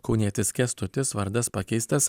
kaunietis kęstutis vardas pakeistas